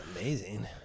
Amazing